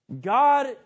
God